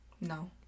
No